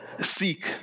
seek